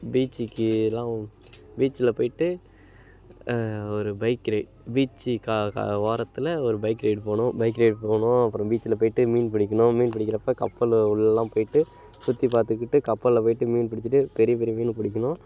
பீச்சிக்கெலாம் பீச்சில் போயிட்டு ஒரு பைக் ரைட் பீச்சி க கரை ஓரத்தில் ஒரு பைக் ரைட் போகணும் பைக் ரைட் போகணும் அப்புறம் பீச்சில் போயிட்டு மீன் பிடிக்கணும் மீன் பிடிக்கிறப்ப கப்பலு உள்ளேலாம் போயிட்டு சுற்றி பார்த்துக்கிட்டு கப்பலில் போயிட்டு மீன் பிடிச்சிட்டு பெரிய பெரிய மீனு பிடிக்கணும்